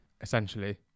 essentially